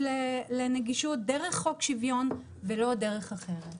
לנגישות דרך חוק שוויון ולא בדרך אחרת.